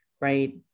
right